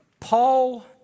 Paul